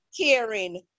caring